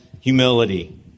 humility